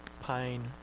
pine